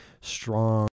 strong